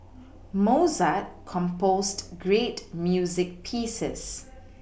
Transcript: Mozart composed great music pieces